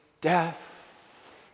death